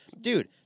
Dude